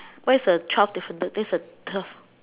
where is the twelve difference this is the twelve